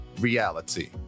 reality